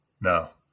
No